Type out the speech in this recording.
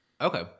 okay